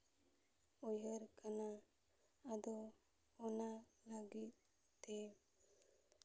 ᱩᱭᱦᱟᱹᱨ ᱠᱟᱱᱟ ᱟᱫᱚ ᱚᱱᱟ ᱞᱟᱹᱜᱤᱫ ᱛᱮ